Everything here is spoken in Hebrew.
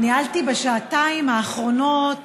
ניהלתי בשעתיים האחרונות